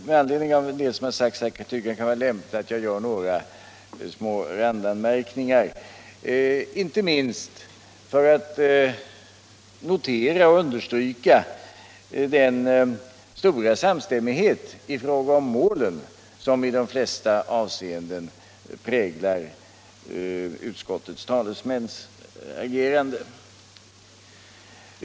Med anledning av en del som har sagts här tycker jag att det kan vara lämpligt att jag gör några randanmärkningar, inte minst för att notera och understryka den stora samstämmighet i fråga om målen som i de flesta avseenden präglar utskottets talesmäns agerande.